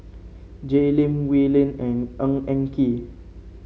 Jay Lim Wee Lin and Ng Eng Kee